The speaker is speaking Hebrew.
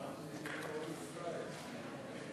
חוק הסדרת העיסוק